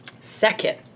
Second